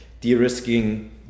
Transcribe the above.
de-risking